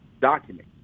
document